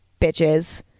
Bitches